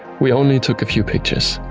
we only took a few pictures.